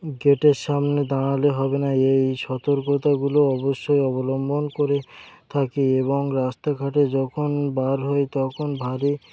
গেটের সামনে দাঁড়ালে হবে না এই সতর্কতাগুলো অবশ্যই অবলম্বন করে থাকি এবং রাস্তাঘাটে যখন বার হই তখন ঘাড়ে